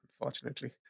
Unfortunately